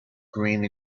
green